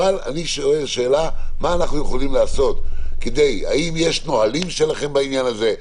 אבל אני שואל, האם יש נהלים שלכם בעניין הזה?